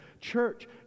Church